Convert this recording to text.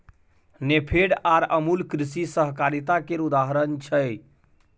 नेफेड आर अमुल कृषि सहकारिता केर उदाहरण छै